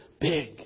big